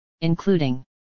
including